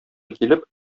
килеп